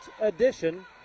edition